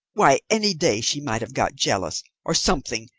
why, any day she might have got jealous, or something,